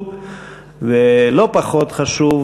ולא פחות חשוב,